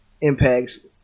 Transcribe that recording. impacts